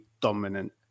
dominant